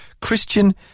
Christian